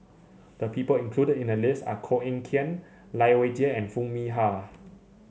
the people included in the list are Koh Eng Kian Lai Weijie and Foo Mee Har